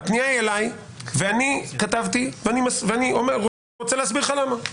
אני כתבתי ואני רוצה להסביר לך למה.